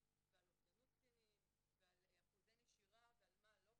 ועל אובדנות קטינים ועל אחוזי נשירה ועל מה לא,